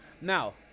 Now